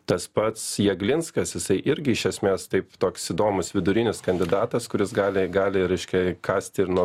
tas pats jeglinskas jisai irgi iš esmės taip toks įdomus vidurinis kandidatas kuris gali gali ir reiškia įkąsti ir nuo